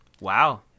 Wow